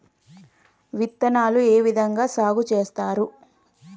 విత్తనాలు ఏ విధంగా సాగు చేస్తారు?